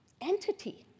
entity